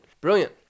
brilliant